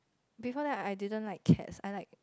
before that I I didn't like cats I like